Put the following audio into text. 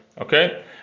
Okay